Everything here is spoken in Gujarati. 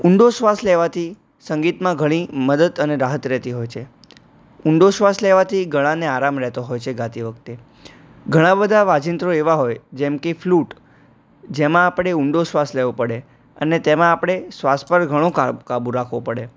ઉંડો શ્વાસ લેવાથી સંગીતમાં ઘણી મદદ અને રાહત રહેતી હોય છે ઊંડો શ્વાસ લેવાથી ગળાને આરામ રહેતો હોય છે ગાતી વખતે ઘણાં બધા વાજિંત્રો એવા હોય જેમકે ફ્લુટ જેમાં આપણે ઊંડો શ્વાસ લેવો પડે અને તેમાં આપણે શ્વાસ પર ઘણો કાબૂ રાખવો પડે